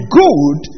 good